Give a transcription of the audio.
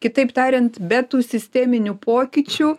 kitaip tariant be tų sisteminių pokyčių